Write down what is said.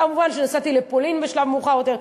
מובן שנסעתי לפולין בשלב מאוחר יותר,